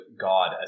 god